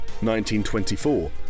1924